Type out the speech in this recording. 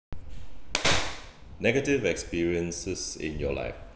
negative experiences in your life